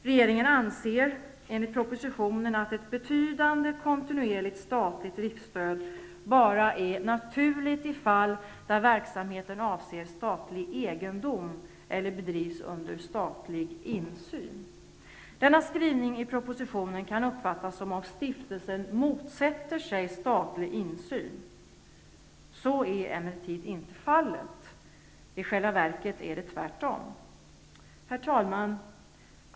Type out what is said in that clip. Regeringen anser enligt propositionen att ett betydande kontinuerligt statligt driftstöd bara är naturligt i fall där verksamheten avser statlig egendom eller bedrivs under statlig insyn. Denna skrivning i propositionen kan uppfattas som om stiftelsen motsatte sig statlig insyn. Så är emellertid inte fallet. I själva verket är det tvärtom. Herr talman!